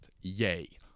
Yay